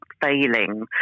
failing